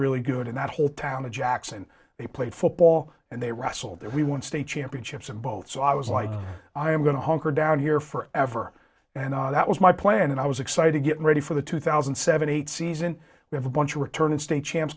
really good in that whole town of jackson they played football and they wrestled there we won state championships and both so i was like i am going to hunker down here forever and that was my plan and i was excited to get ready for the two thousand and seven eight season we have a bunch of returning state champs